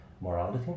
morality